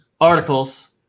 articles